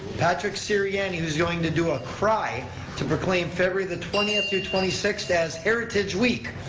patrick siriani, who's going to do a cry to proclaim february the twentieth through twenty sixth as heritage week.